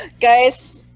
Guys